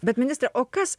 bet ministre o kas